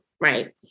right